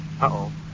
Uh-oh